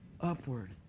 Upward